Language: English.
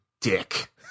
dick